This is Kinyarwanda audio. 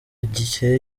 gihe